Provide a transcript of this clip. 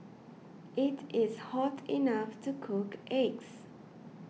it is hot enough to cook eggs